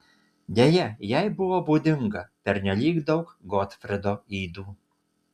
deja jai buvo būdinga pernelyg daug gotfrido ydų